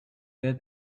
they